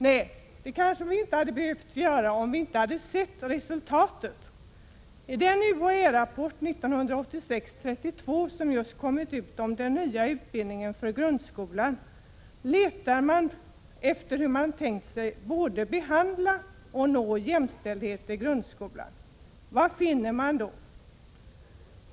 Nej, det kanske vi inte hade behövt göra om vi inte hade sett resultatet. Om man i den UHÄ-rapport — 1986:32 — som just kommit ut om den nya utbildningen för skolan letar efter hur man tänkt sig både att behandla jämställdheten och att nå jämställdhet i grundskolan — vad finner man då?